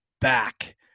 back